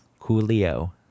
Coolio